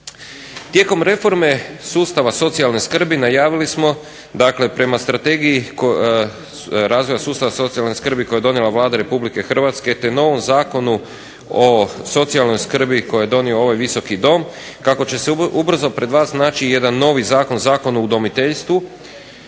Tijekom reforme sustava socijalne skrbi najavili smo dakle prema strategiji razvoja sustava socijalne skrbi koju je donijela Vlada Republike Hrvatske te novom Zakonu o socijalnoj skrbi koji je donio ovaj Visoki dom kako će se ubrzo pred vama naći jedan novi zakon, Zakon o udomiteljstvu,